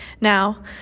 Now